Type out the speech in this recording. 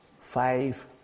Five